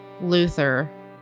Luther